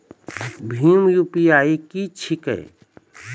भीम UPI की छीके?